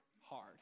hard